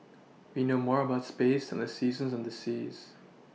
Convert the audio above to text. we know more about space than the seasons and the seas